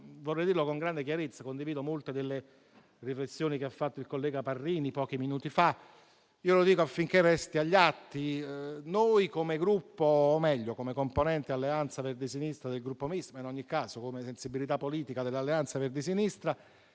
vorrei dirlo con grande chiarezza: condivido molte delle riflessioni che ha fatto il collega Parrini pochi minuti fa. Lo dico affinché resti agli atti: noi come Gruppo, o meglio come componente Alleanza Verdi e Sinistra del Gruppo Misto, ma in ogni caso come sensibilità politica dell'Alleanza Verdi e Sinistra,